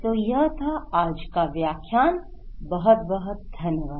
तो यह था आज का व्याख्यान बहुत बहुत धन्यवाद